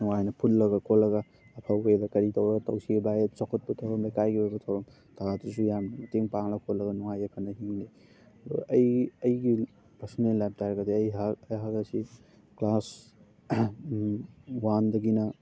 ꯅꯨꯡꯉꯥꯏꯅ ꯄꯨꯜꯂꯒ ꯈꯣꯠꯂꯒ ꯑꯐꯕ ꯋꯦꯗ ꯀꯔꯤ ꯇꯧꯔꯒ ꯇꯧꯁꯤꯒꯦ ꯕꯥꯏ ꯆꯥꯎꯈꯠꯄ ꯊꯧꯔꯝ ꯂꯩꯀꯥꯏꯒꯤ ꯑꯣꯏꯕ ꯊꯧꯔꯝ ꯌꯥꯝ ꯃꯇꯦꯡ ꯄꯥꯡꯂꯒ ꯈꯣꯠꯂꯒ ꯅꯨꯡꯉꯥꯏ ꯌꯥꯏꯐꯅ ꯍꯤꯡꯃꯤꯟꯅꯩ ꯑꯗꯨꯒ ꯑꯩ ꯑꯩꯒꯤ ꯄꯥꯔꯁꯣꯅꯦꯜ ꯂꯥꯏꯕꯇ ꯍꯥꯏꯔꯒꯗꯤ ꯑꯩꯍꯥꯛ ꯑꯩꯍꯥꯛ ꯑꯁꯤ ꯀ꯭ꯂꯥꯁ ꯋꯥꯟꯗꯒꯤꯅ